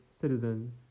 citizens